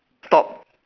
stop